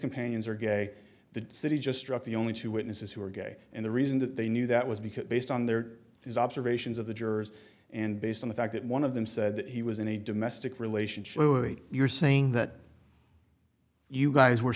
companions are gay the city just struck the only two witnesses who were gay and the reason that they knew that was because based on their his observations of the jurors and based on the fact that one of them said that he was in a domestic relationship you're saying that you guys were